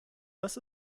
das